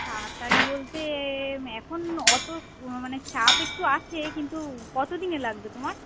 তাড়াতাড়ি বলতে এখন অত মানে চাপ একটু আছে কিন্তু কত দিনে লাগবে তোমার